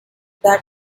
that